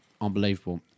unbelievable